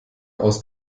aus